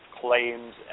claims